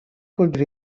could